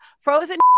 Frozen